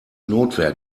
notwehr